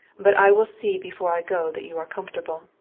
but i will see before i go that you are comfortable.